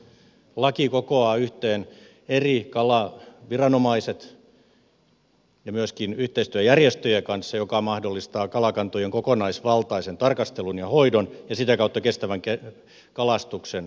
laki kokoaa yhteen eri kalaviranomaiset ja myöskin yhteistyöjärjestöt mikä mahdollistaa kalakantojen kokonaisvaltaisen tarkastelun ja hoidon ja sitä kautta kestävän kalastuksen periaatteet ja sen mahdollistamisen